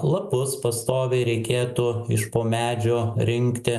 lapus pastoviai reikėtų iš po medžio rinkti